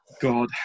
God